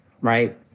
right